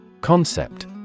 Concept